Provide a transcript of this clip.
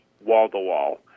wall-to-wall